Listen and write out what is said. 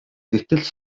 гэтэл